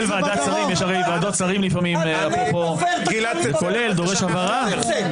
יש הרי ועדות שרים לפעמים, זה כולל, דורש הבהרה.